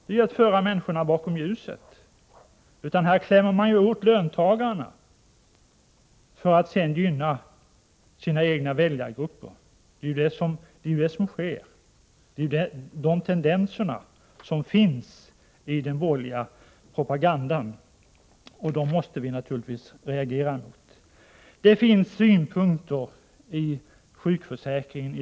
Det är att föra människorna bakom ljuset. Man klämmer åt löntagarna för att sedan gynna sina egna väljargrupper. Det är vad som sker. Det är dessa tendenser som finns i den borgerliga politiken, och då måste vi naturligtvis reagera. Det finns i dag många olika synpunkter när det gäller sjukförsäkringen.